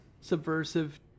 subversive